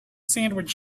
sandwich